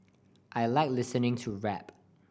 I like listening to rap